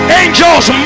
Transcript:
angels